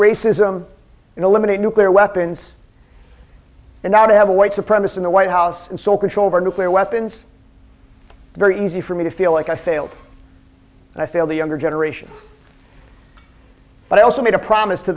racism and eliminate nuclear weapons and now to have a white supremacy in the white house and so control over nuclear weapons very easy for me to feel like i failed and i failed the younger generation but i also made a promise to